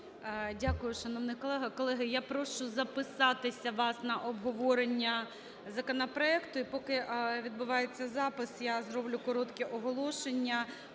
Дякую, шановний колего. Колеги, я прошу записатися вас на обговорення законопроекту. Поки відбувається запис, я зроблю коротке оголошення.